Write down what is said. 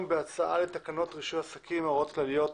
בהצעה לתקנות רישוי עסקים (הוראות כלליות)